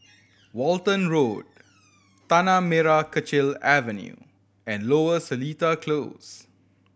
Walton Road Tanah Merah Kechil Avenue and Lower Seletar Close